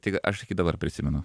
tik aš iki dabar prisimenu